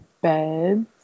beds